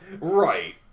Right